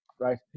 right